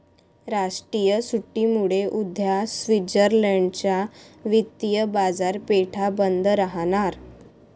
राष्ट्रीय सुट्टीमुळे उद्या स्वित्झर्लंड च्या वित्तीय बाजारपेठा बंद राहणार